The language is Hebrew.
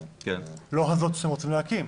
לא זאת שאתם רוצים להקים,